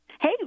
Hey